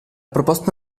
proposta